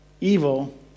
evil